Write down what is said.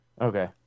Okay